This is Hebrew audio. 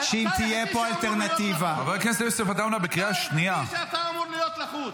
אתה היחיד שאמור להיות לחוץ.